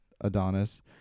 Adonis